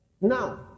Now